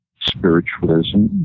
spiritualism